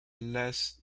less